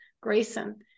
Grayson